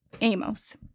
Amos